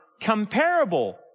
comparable